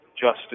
justice